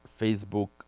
Facebook